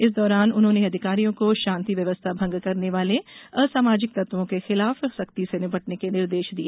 इस दौरान उन्होंने अधिकारियों को शांति व्यवस्था भंग करने वाले असामाजिक तत्वों के खिलाफ सख्ती से निपटने के निर्देश दिए